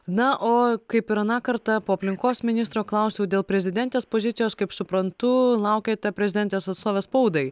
na o kaip ir aną kartą po aplinkos ministro klausiau dėl prezidentės pozicijos kaip suprantu laukiate prezidentės atstovės spaudai